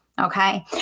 Okay